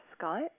Skype